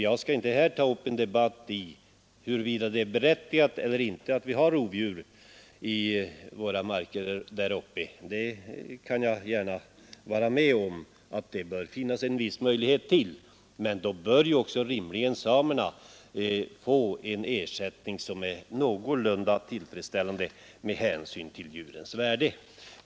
Jag skall inte nu ta upp en debatt om huruvida det är berättigat att vi har rovdjur kvar i våra marker — jag kan gärna hålla med om att det bör finnas en viss möjlighet till detta men då bör också rimligen samerna få en ersättning som är någorlunda tillfredsställande med hänsyn till djurens värde.